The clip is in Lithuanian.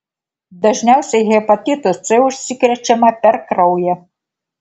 dažniausiai hepatitu c užsikrečiama per kraują